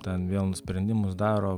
ten vien sprendimus daro